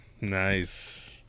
Nice